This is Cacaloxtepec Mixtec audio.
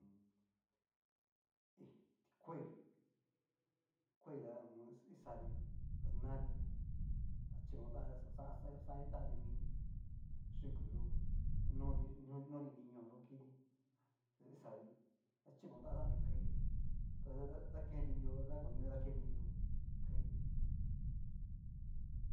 hí ti kuai, kuai ta ho o on. ixati pus nati ta chikotanti, ta xani tanti miti yuku yó'o noti noti ini ñoo yo kiti ta kixati ta chikotanti kai tada dakeneti mio na konoti ta dakene ti mio kai.